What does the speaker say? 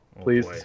please